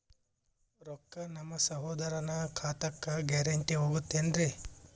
ರೊಕ್ಕ ನಮ್ಮಸಹೋದರನ ಖಾತಕ್ಕ ಗ್ಯಾರಂಟಿ ಹೊಗುತೇನ್ರಿ?